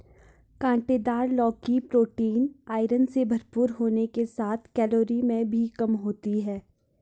काँटेदार लौकी protein, iron से भरपूर होने के साथ कैलोरी में भी कम होती है